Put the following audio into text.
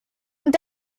und